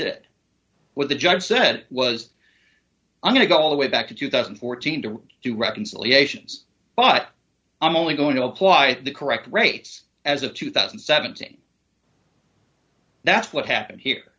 did with the judge said was i'm going to go all the way back to two thousand and fourteen to do reconciliations but i'm only going to apply the correct rights as of two thousand and seventeen that's what happened here